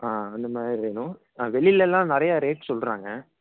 ஆ அந்தமாதிரி வேணும் ஆ வெளிலெல்லாம் நிறையா ரேட் சொல்கிறாங்க